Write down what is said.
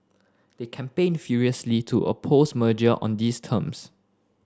they campaigned furiously to oppose merger on these terms